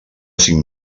cinc